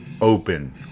open